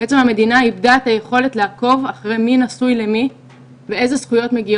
לביטוח לאומי, וכולי, ולהסביר